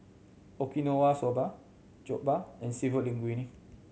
Okinawa Soba Jokbal and Seafood Linguine